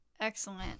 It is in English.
Excellent